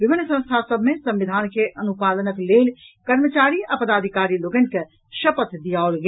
विभिन्न संस्था सभ मे संविधान के अनुपालनक लेल कर्मचारी आ पदाधिकारी लोकनि के शपथ दियाओल गेल